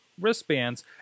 wristbands